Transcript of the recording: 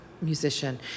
musician